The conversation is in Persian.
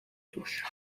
توش